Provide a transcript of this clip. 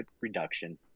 reduction